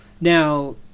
Now